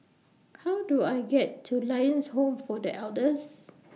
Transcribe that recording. How Do I get to Lions Home For The Elders